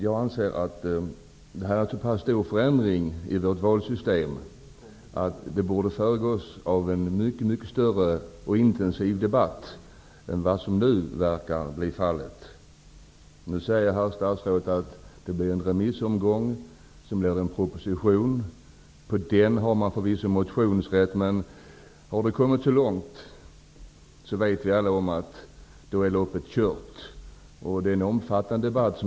Jag anser att det här gäller en så pass stor förändring i vårt valsystem att den borde föregås av en mycket större och intensivare debatt än vad som nu verkar bli fallet. Statsrådet säger att det kommer att bli en remissomgång och att det så småningom kommer en proposition. Man har förvisso motionsrätt på propositionen, men när det har gått så långt så vet vi alla att loppet är kört.